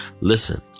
listen